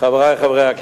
ובכל זאת,